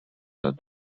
toned